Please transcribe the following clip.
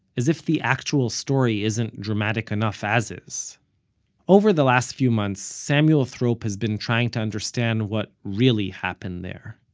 as if the actual story isn't dramatic enough as is over the last few months, samuel thrope has been trying to understand what really happened there.